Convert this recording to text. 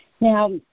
now